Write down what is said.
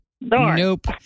Nope